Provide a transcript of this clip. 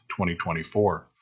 2024